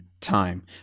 time